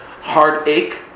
heartache